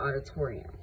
auditorium